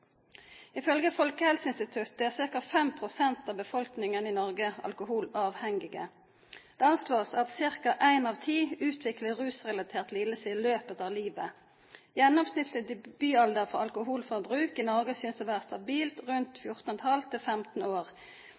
Ifølge Folkehelseinstituttet er ca. 5 pst. av befolkningen i Norge alkoholavhengige. Det anslås at ca. én av ti utvikler en rusrelatert lidelse i løpet av livet. Gjennomsnittlig debutalder for alkoholforbruk i Norge synes å være stabilt rundt